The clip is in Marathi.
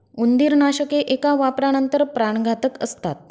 उंदीरनाशके एका वापरानंतर प्राणघातक असतात